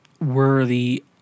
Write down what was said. worthy